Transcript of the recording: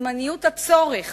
זמניות הצורך